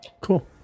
cool